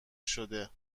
شده